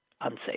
unsafe